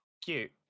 Cute